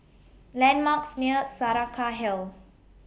landmarks near Saraca Hill